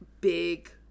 big